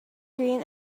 green